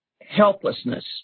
helplessness